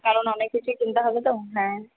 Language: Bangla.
কারণ অনেক কিছুই কিনতে হবে তো হ্যাঁ